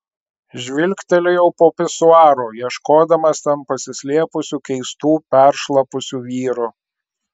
žvilgtelėjau po pisuaru ieškodamas ten pasislėpusių keistų peršlapusių vyrų